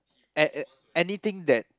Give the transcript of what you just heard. a~ a~ anything that